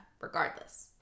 Regardless